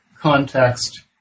context